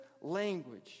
language